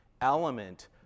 element